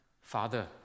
Father